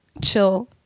chill